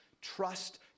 Trust